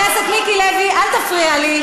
חבר הכנסת מיקי לוי, אל תפריע לי.